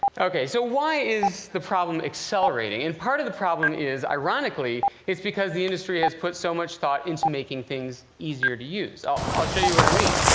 ok, so why is the problem accelerating? and part of the problem is, ironically, because the industry has put so much thought into making things easier to use. i'll i'll show you what i mean.